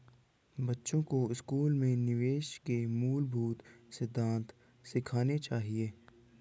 बच्चों को स्कूल में निवेश के मूलभूत सिद्धांत सिखाने चाहिए